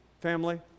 Family